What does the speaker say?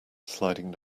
sliding